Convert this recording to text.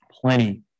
plenty